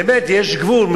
באמת, יש גבול.